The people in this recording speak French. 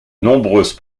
nombreuses